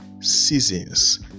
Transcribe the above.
seasons